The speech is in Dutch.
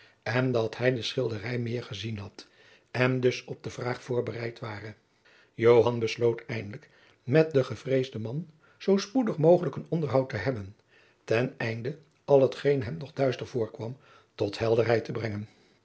of dat hij de schilderij meer gezien had en dus op de vraag voorbereid ware joan besloot eindelijk met den gevreesden man zoo spoedig mogelijk een onderhoud te hebben ten einde al hetgeen hem nog duister voorkwam tot helderheid te brengen